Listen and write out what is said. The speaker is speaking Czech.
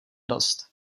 dost